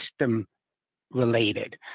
system-related